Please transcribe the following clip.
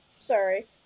sorry